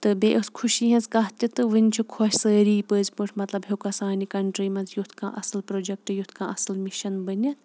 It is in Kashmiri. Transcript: تہٕ بییہِ ٲس خوشی ہِنٛز کَتھ تہِ تہٕ وٕنہِ چھِ خوش سٲری پٔزۍ پٲٹھۍ مطلب ہیوٚکا سانہِ کَنٹِرٛی منٛز یُتھ کانٛہہ اَصٕل پرٛوٚجَکٹ یُتھ کانٛہہ اَصٕل مِشن بٔنِتھ